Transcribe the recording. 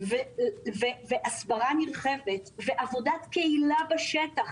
ולעשות הסברה נרחבת ועבודת קהילה בשטח.